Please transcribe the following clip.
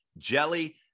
Jelly